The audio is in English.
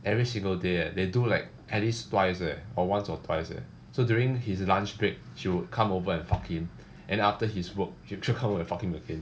every single day eh they do like at least twice leh or once or twice eh so during his lunch break she will come over and fuck him and after his work she'll still come over and fuck him again